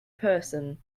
person